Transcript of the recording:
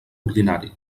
ordinari